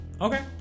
Okay